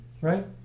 Right